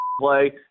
play